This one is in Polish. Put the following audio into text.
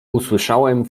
usłyszałem